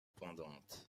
pendantes